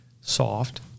soft